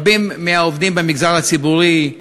רבים מהעובדים במגזר הציבורי,